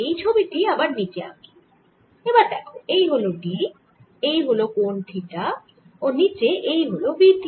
এই ছবি টি আবার নিচে আঁকি এবার দেখ এই হল d এই হল কোণ থিটা ও নিচে এই হল v t